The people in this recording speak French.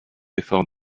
efforts